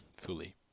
fully